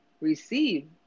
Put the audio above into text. receive